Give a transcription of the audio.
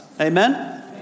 Amen